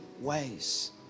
ways